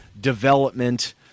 development